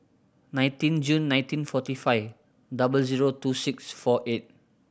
nineteen June nineteen forty five double zero two six four eight